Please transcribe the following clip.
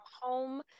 home